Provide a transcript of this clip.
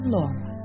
Laura